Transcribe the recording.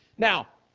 now,